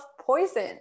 poison